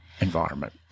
environment